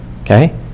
Okay